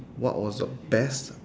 what was the best